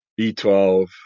B12